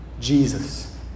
Jesus